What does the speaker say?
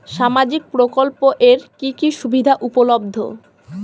সামাজিক প্রকল্প এর কি কি সুবিধা উপলব্ধ?